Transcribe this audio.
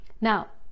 Now